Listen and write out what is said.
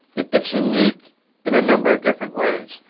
it's unique in a number of different ways.